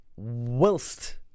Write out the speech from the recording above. whilst